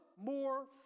more